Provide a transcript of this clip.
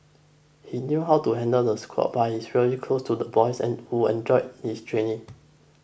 he knew how to handle the squad but he's really close to the boys and who enjoyed his training